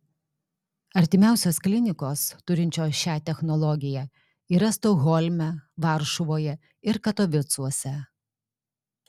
artimiausios klinikos turinčios šią technologiją yra stokholme varšuvoje ir katovicuose